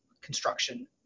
construction